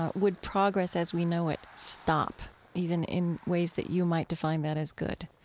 ah would progress, as we know it, stop, even in ways that you might define that as good?